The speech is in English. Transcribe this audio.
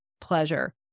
pleasure